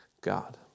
God